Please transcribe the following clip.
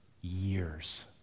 years